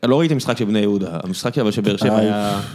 אני לא ראיתי משחק של בני יהודה, המשחק אבל של באר שבע היה...